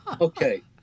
Okay